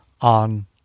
on